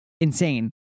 insane